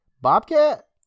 Bobcat